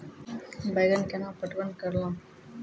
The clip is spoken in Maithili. बैंगन केना पटवन करऽ लो?